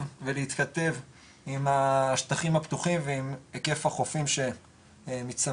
ולהתכתב עם השטחים הפתוחים ועם היקף החופים שמצטמצמים.